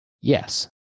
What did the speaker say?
Yes